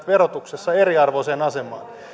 verotuksessa eriarvoiseen asemaan